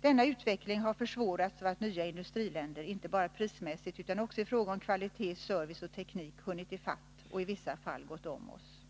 Denna utveckling har försvårats av att nya industriländer inte bara prismässigt utan också i fråga om kvalitet, service och teknik hunnit ifatt och i vissa fall gått om oss.